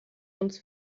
uns